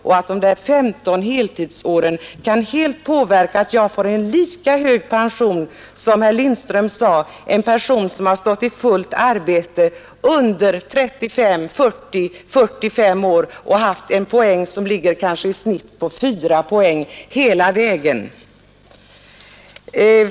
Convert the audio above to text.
Detta kan medföra att en deltidsanställd får en lika hög pension, som herr Lindström sade, som en person som stått i fullt arbete 35, 40 eller kanske 45 år och haft kanske 4 poäng per år hela vägen i genomsnitt.